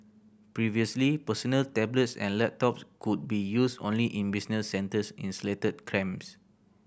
previously personal tablets and laptops could be used only in business centres in selected